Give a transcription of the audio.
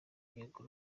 inyungu